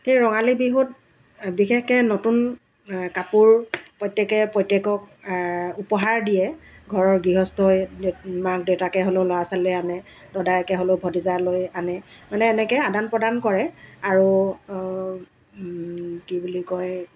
এই ৰঙালী বিহুত বিশেষকৈ নতুন কাপোৰ প্ৰত্যেকে প্ৰত্যেকক উপহাৰ দিয়ে ঘৰৰ গৃহস্থই মাক দেউতাকে হ'লেও ল'ৰা ছোৱালীলৈ আনে দদায়েকে হ'লেও ভতিজালৈ আনে মানে এনেকৈ আদান প্ৰদান কৰে আৰু কি বুলি কয়